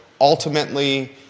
Ultimately